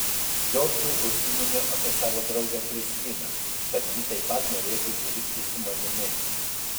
džordžui užsiminiau apie savo draugę kristiną kad ji taip pat norėtų dirbti su manimi